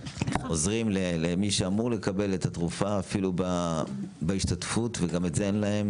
עוזרים למי שאמור לקבל את התרופה אפילו בהשתתפות וגם את זה אין לו.